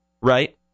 right